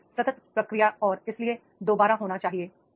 यह एक सतत प्रक्रिया है और इसलिए दोबारा होना चाहिए